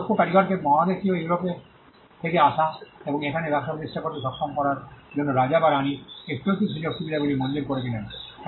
খুব দক্ষ কারিগরকে মহাদেশীয় ইউরোপ থেকে আসা এবং এখানে ব্যবসা প্রতিষ্ঠা করতে সক্ষম করার জন্য রাজা বা রানী এক্সক্লুসিভ সুযোগ সুবিধাগুলি মঞ্জুর করেছিলেন